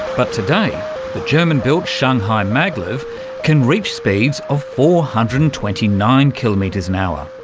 but today, the german-built shanghai maglev can reach speeds of four hundred and twenty nine kilometres an hour,